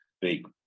big